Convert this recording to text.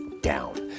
down